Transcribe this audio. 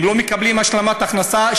הם לא מקבלים השלמת הכנסה,